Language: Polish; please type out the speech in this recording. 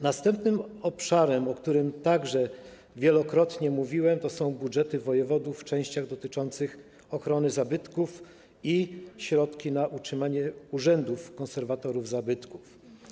Następnym obszarem, o którym także wielokrotnie mówiłem, są budżety wojewodów w częściach dotyczących ochrony zabytków i środki na utrzymanie urzędów konserwatorów zabytków.